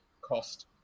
cost